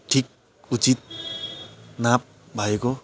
ठिक उचित नाप भएको